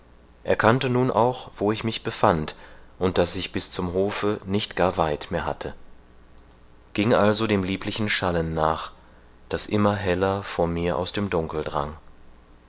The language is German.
erkannte nun auch wo ich mich befand und daß ich bis zum hofe nicht gar weit mehr hatte ging also dem lieblichen schallen nach das immer heller vor mir aus dem dunkel drang